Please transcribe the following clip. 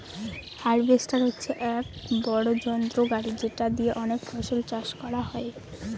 harvester হচ্ছে এক বড়ো যন্ত্র গাড়ি যেটা দিয়ে অনেক ফসল চাষ করা যায়